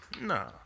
No